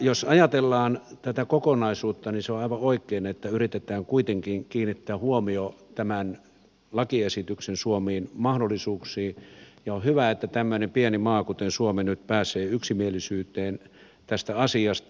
jos ajatellaan tätä kokonaisuutta niin se on aivan oikein että yritetään kuitenkin kiinnittää huomio tämän lakiesityksen suomiin mahdollisuuksiin ja on hyvä että tämmöinen pieni maa kuin suomi pääsee nyt yksimielisyyteen tästä asiasta